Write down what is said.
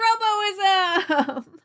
roboism